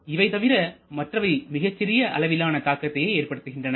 இவை தவிர மற்றவை மிகச் சிறிய அளவிலான தாக்கத்தை ஏற்படுத்துகின்றன